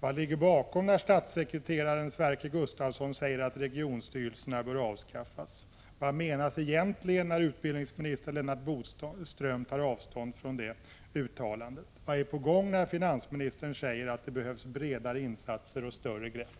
”Vad ligger bakom när statssekreteraren Sverker Gustafsson säger att regionstyrelserna bör avskaffas?” ”Vad menas egentligen när utbildningsminister Lennart Bodström tar avstånd från det uttalandet?” ”Vad är på gång när finansministern säger att det behövs bredare insatser och större grepp?”